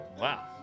wow